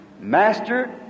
Master